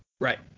Right